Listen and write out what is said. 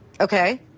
okay